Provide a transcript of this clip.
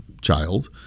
child